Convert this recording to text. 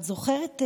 את זוכרת,